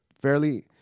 fairly